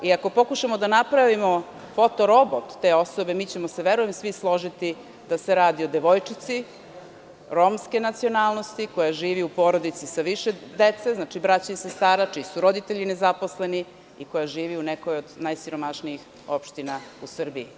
Ako pokušamo da napravimo foto robot te osobe, verujem da ćemo se svi složiti da se radi o devojčici romske nacionalnosti koja živi u porodici sa više dece, braće i sestara, gde su roditelji nezaposleni i koja živi u nekoj od najsiromašnijih opština u Srbiji.